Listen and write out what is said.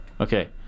Okay